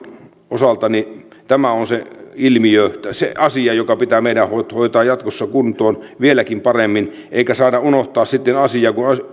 osalta tämä on se ilmiö se asia joka pitää meidän hoitaa hoitaa jatkossa kuntoon vieläkin paremmin eikä saada unohtaa asiaa sitten kun